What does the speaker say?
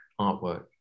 artwork